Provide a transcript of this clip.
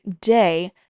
day